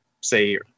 say